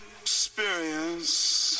experience